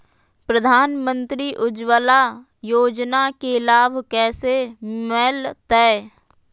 प्रधानमंत्री उज्वला योजना के लाभ कैसे मैलतैय?